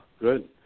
good